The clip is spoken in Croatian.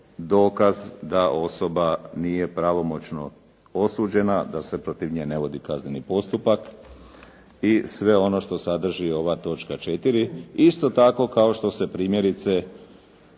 dokaz da osoba nije pravomoćno osuđena, da se protiv nje ne vodi kazneni postupak i sve ovo što sadrži ova točka 4., isto tako kao što se primjerice